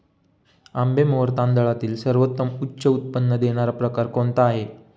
आंबेमोहोर तांदळातील सर्वोत्तम उच्च उत्पन्न देणारा प्रकार कोणता आहे?